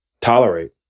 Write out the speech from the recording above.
tolerate